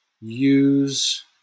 use